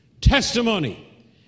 testimony